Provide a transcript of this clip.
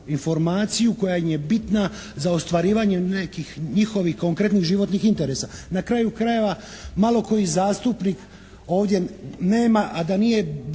informaciju koja im je bitna za ostvarivanje nekih njihovih konkretnih životnih interesa. Na kraju krajeva malo koji zastupnik ovdje nema, a da nije barem